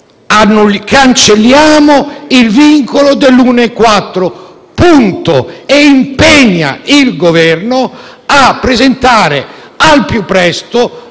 cancelliamo il vincolo dell'1,4 per cento, impegnando il Governo a presentare al più presto